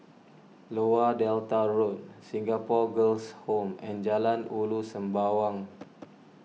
Lower Delta Road Singapore Girls' Home and Jalan Ulu Sembawang